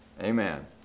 amen